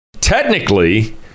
technically